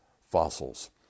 fossils